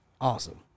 Awesome